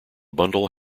bundle